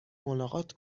ملاقات